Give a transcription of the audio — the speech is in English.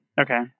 Okay